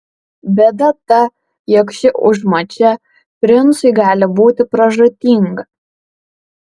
bėda ta jog ši užmačia princui gali būti pražūtinga